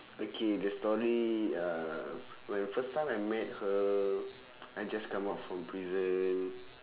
okay the story uh when first time I met her I just come out from prison